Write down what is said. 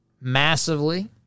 massively